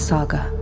Saga